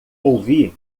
ouvi